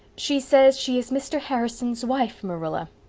she says she is mr. harrison's wife, marilla.